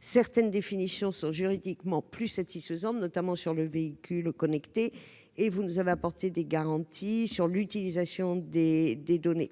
Certaines définitions sont juridiquement plus acceptables, notamment sur le véhicule connecté, et vous avez apporté des garanties sur l'utilisation des données.